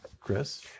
Chris